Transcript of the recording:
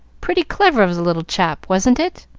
pretty clever of the little chap, wasn't it?